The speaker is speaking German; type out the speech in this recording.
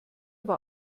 war